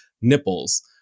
nipples